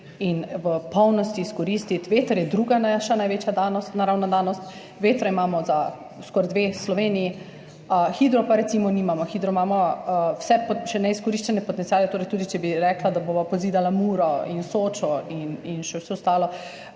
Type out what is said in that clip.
in v polnosti izkoristiti. Veter je druga naša največja naravna danost. Vetra imamo za skoraj dve Sloveniji. Hidra pa recimo nimamo, hidro imamo še vse neizkoriščene potenciale, torej, tudi če bi rekla, da bova pozidala Muro in Sočo in še vse ostalo,